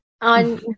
on